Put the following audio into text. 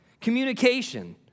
Communication